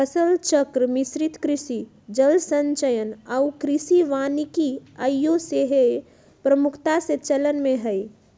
फसल चक्र, मिश्रित कृषि, जल संचयन आऽ कृषि वानिकी आइयो सेहय प्रमुखता से चलन में हइ